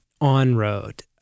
on-road